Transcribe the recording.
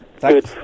good